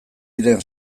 diren